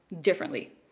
differently